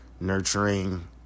nurturing